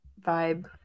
vibe